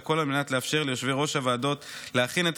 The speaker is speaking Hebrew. והכול על מנת לאפשר ליושבי-ראש הוועדות להכין את